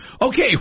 Okay